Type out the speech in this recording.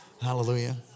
Hallelujah